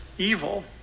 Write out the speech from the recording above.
evil